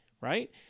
Right